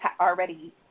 already